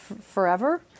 forever